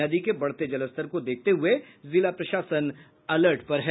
नदी के बढ़ते जलस्तर को देखते हुए जिला प्रशासन अलर्ट पर है